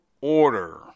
order